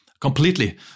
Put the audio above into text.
completely